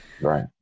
Right